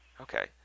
Okay